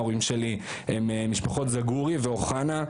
ההורים שלי הם משפחות זגורי ואוחנה,